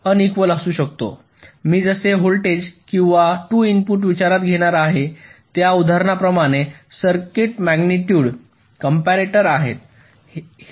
मी जसे व्होल्टेज किंवा 2 इनपुट विचारात घेणार आहे त्या उदाहरणाप्रमाणे सर्किट मॅग्निट्युड कंप्यारेटर आहे